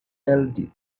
healthy